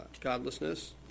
godlessness